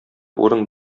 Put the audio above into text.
урын